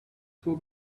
for